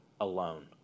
alone